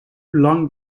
long